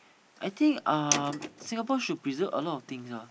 I think um Singapore should preserve a lot of things ah